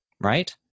right